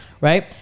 right